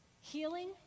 healing